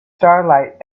starlight